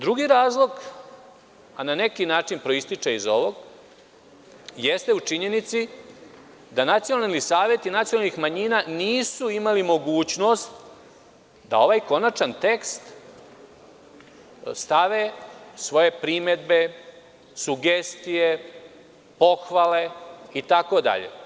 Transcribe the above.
Drugi razlog, a na neki način proističe iz ovog, jeste u činjenici da nacionalni saveti nacionalnih manjina nisu imali mogućnost da u ovaj konačan tekst stave svoje primedbe, sugestije, pozvale itd.